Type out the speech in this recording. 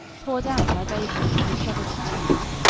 poured out libations to each other's happiness.